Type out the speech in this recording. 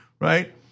right